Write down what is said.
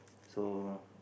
so